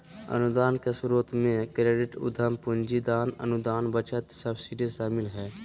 अनुदान के स्रोत मे क्रेडिट, उधम पूंजी, दान, अनुदान, बचत, सब्सिडी शामिल हय